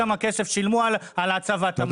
ושילמו על הצבת המיגוניות.